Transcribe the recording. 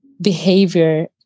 behavior